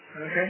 okay